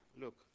look